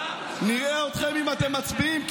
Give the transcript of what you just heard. נראה אתכם אם אתם מצביעים.